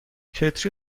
کتری